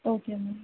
okay ma'am